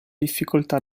difficoltà